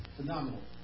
Phenomenal